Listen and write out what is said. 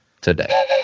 today